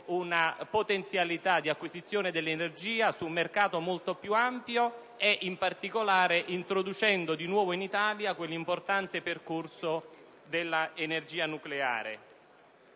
una potenziale acquisizione dell'energia su un mercato molto più ampio, in particolare introducendo di nuovo in Italia l'importante percorso dell'energia nucleare.